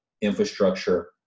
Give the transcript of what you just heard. infrastructure